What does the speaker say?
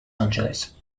angeles